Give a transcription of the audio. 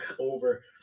over